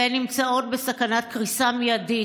והן נמצאות בסכנת קריסה מיידית.